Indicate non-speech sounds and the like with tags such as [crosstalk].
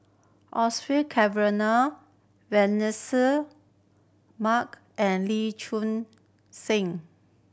[unintelligible] Cavenagh Vanessa Mark and Lee Choon Seng